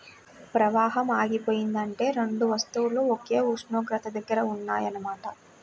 ప్రవాహం ఆగిపోయిందంటే రెండు వస్తువులు ఒకే ఉష్ణోగ్రత దగ్గర ఉన్నాయన్న మాట